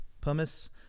pumice